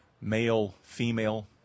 male-female